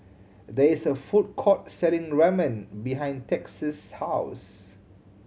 there is a food court selling Ramen behind Texas' house